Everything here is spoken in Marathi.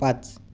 पाच